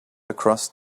across